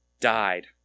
died